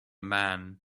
man